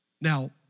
Now